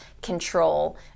control